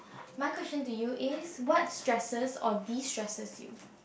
my question to you is what stresses or destresses you